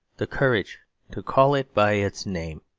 the courage to call it by its name.